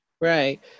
Right